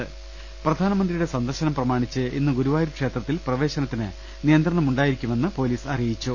രംഭട്ട്ട്ട്ട്ട്ട്ട പ്രധാനമന്ത്രിയുടെ സന്ദർശനം പ്രമാണിച്ച് ഇന്ന് ഗുരുവായൂർ ക്ഷേത്രത്തിൽ പ്രവേശനത്തിന് നിയന്ത്രണം ഉണ്ടായിരിക്കുമെന്ന് പോലീസ് അറിയിച്ചു